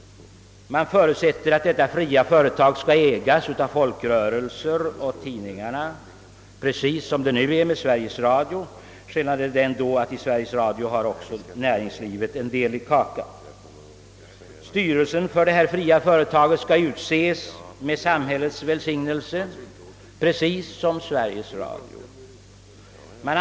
Man förutsätter att detta fria företag skall ägas av folkrörelserna och tidningarna, precis som förhållandet nu är med Sveriges Radio. Skillnaden blir endast att i det senare företaget har också näringslivet en del i kakan. Styrelsen för det här fria företaget skulle utses med samhällets välsignelse just som i Sveriges Radio.